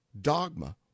dogma